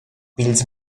pils